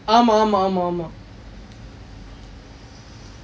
ஆமாம் ஆமாம் ஆமாம் ஆமாம்:aamaam aamaam aamaam aamaam